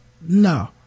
No